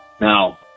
Now